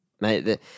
mate